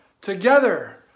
together